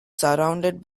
surrounded